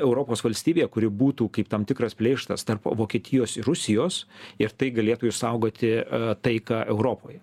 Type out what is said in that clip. europos valstybė kuri būtų kaip tam tikras pleištas tarp vokietijos ir rusijos ir tai galėtų išsaugoti taiką europoje